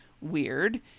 weird